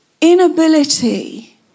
inability